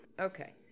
Okay